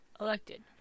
elected